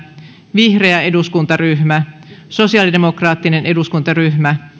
vihreä eduskuntaryhmä sosiaalidemokraattinen eduskuntaryhmä